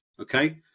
okay